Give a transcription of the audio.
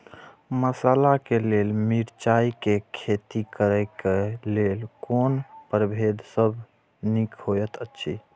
मसाला के लेल मिरचाई के खेती करे क लेल कोन परभेद सब निक होयत अछि?